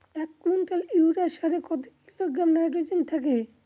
এক quintal urea সারে কত কিলোগ্রাম নাইট্রোজেন থাকে?